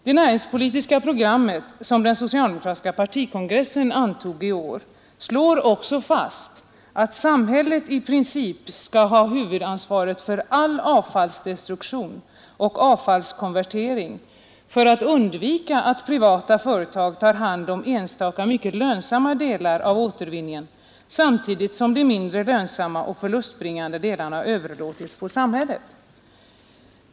Det näringspolitiska program som den socialdemokratiska partikongressen antog i år slår också fast att samhället i princip skall ha huvudansvaret för all avfallsdestruktion och avfallskonvertering för att undvika att privata företag tar hand om enstaka mycket lönsamma delar av återvinningen, samtidigt som de mindre lönsamma och förlustbringande delarna överlåts på samhället.